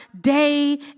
day